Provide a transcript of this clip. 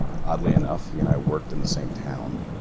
oddly enough, he and i worked in the same town.